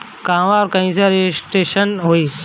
कहवा और कईसे रजिटेशन होई?